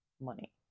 money